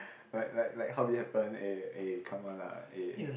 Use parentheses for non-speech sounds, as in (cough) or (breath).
(breath) but like like how did it happened eh eh come on lah eh